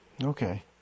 Okay